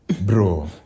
Bro